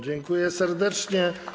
Dziękuję serdecznie.